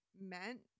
meant